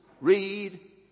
read